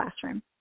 classroom